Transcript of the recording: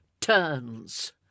turns